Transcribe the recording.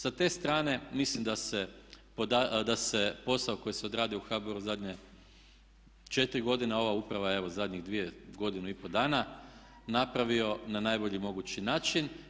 Sa te strane mislim da se posao koji se odradio u HBOR zadnje 4 godine ova uprava evo zadnjih dvije, godinu i pol dana, napravio na najbolji mogući način.